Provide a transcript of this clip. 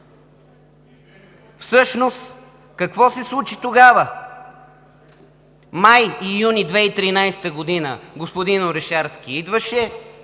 Всъщност какво се случи тогава? Май и юни 2013 г. господин Орешарски идваше